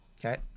okay